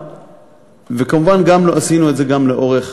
וכמובן עשינו את זה גם לאורך